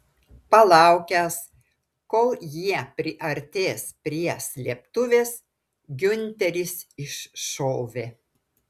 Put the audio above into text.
palaukęs kol jie priartės prie slėptuvės giunteris iššovė